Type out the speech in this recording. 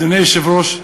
אדוני היושב-ראש,